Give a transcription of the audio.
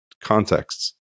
contexts